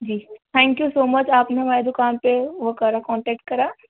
G thank you so much آپ نے ہماری دوکان پہ وہ کرا کونٹیکٹ کرا